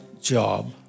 job